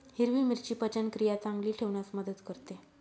हिरवी मिरची पचनक्रिया चांगली ठेवण्यास मदत करते